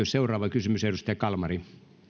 seuraava kysymys edustaja kalmari